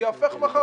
ייהפך מחר